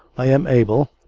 i am able,